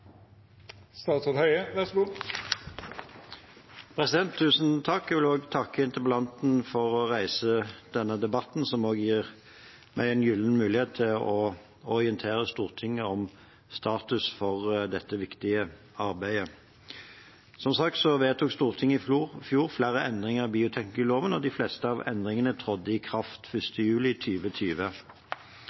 Jeg vil takke interpellanten for å reise denne debatten, som også gir meg en gyllen mulighet til å orientere Stortinget om status for dette viktige arbeidet. Som sagt vedtok Stortinget i fjor flere endringer i bioteknologiloven, og de fleste av endringene trådte i kraft 1. juli